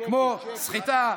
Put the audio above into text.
כמו סחיטה,